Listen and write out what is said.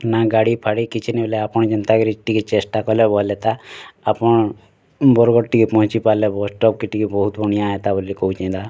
ନା ଗାଡ଼ିଫାଡ଼ି କିଛି ନ ଇଲେ ଆପଣ ଯେନ୍ତା କରି ଟିକେ ଚେଷ୍ଟା କଲେ ଭଲ୍ ହେଇଥା ଆପଣ ବରଗଡ଼୍ ଟିକେ ପହଞ୍ଚି ପାରିଲେ ବସ୍ ଷ୍ଟପ୍କେ ଟିକେ ବହୁତ ବଣିଆ ହେଇତା ବୋଲି କହୁଛି ଏନ୍ତା